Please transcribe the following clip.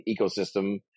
ecosystem